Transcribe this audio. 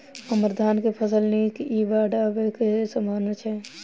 हम्मर धान केँ फसल नीक इ बाढ़ आबै कऽ की सम्भावना छै?